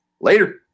Later